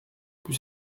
put